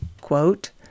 quote